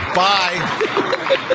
bye